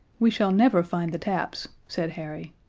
we shall never find the taps, said harry.